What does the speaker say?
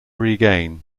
regain